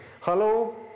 Hello